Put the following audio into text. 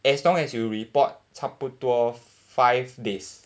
as long as you report 差不多 five days